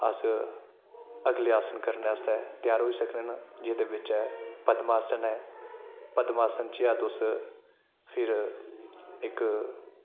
अस अगले आसन करने आस्तै त्यार होई सकने न जेह्दे बिच ऐ पद्मा आसन ऐ पद्मा आसन च ऐ तुस फिर इक